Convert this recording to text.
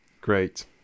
Great